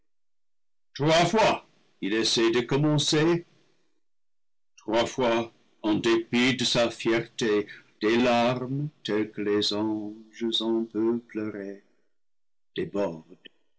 il essaie de commencer trois fois en dépit de sa fierté des larmes telles que les anges en peuvent pleurer